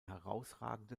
herausragende